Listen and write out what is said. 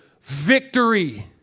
Victory